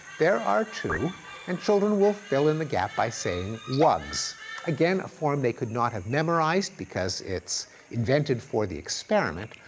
there are two and children will fill in the gap by saying wugs. again, a form they could not have memorize because it's invented for the experiment,